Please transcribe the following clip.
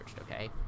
okay